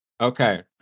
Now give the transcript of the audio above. Okay